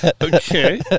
Okay